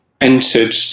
entered